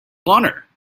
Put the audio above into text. honor